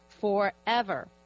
forever